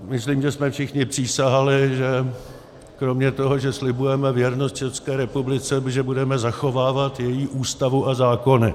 Myslím, že jsme všichni přísahali, že kromě toho, že slibujeme věrnost České republice, budeme zachovávat její Ústavu a zákony.